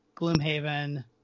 Gloomhaven